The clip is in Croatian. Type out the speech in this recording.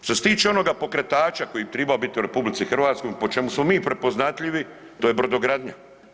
Što se tiče onoga pokretača koji bi tribao biti u RH po čemu smo mi prepoznatljivi, to je brodogradnja.